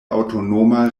aŭtonoma